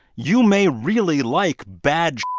you may really like bad.